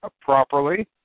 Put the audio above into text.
properly